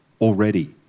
already